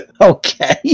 Okay